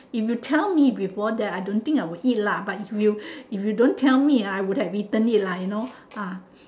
if you tell me before that I don't think I will eat lah but if you if you don't tell me ah I would have eaten it lah you know ah